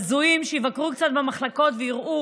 הזויים שיבקרו קצת במחלקות ויראו